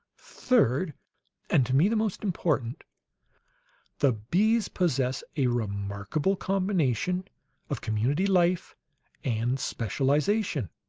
third and to me, the most important the bees possess a remarkable combination of community life and specialization.